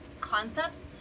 concepts